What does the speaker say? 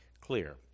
clear